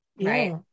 Right